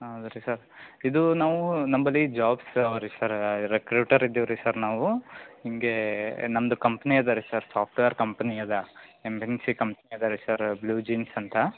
ಹೌದು ರೀ ಸರ್ ಇದು ನಾವು ನಮ್ಮಲ್ಲಿ ಜಾಬ್ ಸೋರಿ ಸರ್ ರೆಕ್ರೂಟರ್ ಇದ್ದೀವಿ ರೀ ಸರ್ ನಾವು ಹೀಗೆ ನಮ್ಮದು ಕಂಪ್ನಿ ಅದ ರೀ ಸರ್ ಸಾಫ್ಟ್ವೆರ್ ಕಂಪ್ನಿ ಅದ ಎಮ್ ಎನ್ ಸಿ ಕಂಪ್ನಿ ಅದ ರೀ ಸರ್ ಬ್ಲೂ ಜೀನ್ಸ್ ಅಂತ